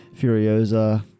Furiosa